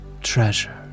treasure